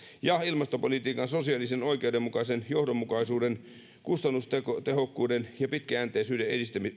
ja ilmastopolitiikan sosiaalisen oikeudenmukaisuuden johdonmukaisuuden kustannustehokkuuden ja pitkäjänteisyyden